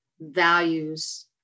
values